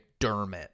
McDermott